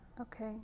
okay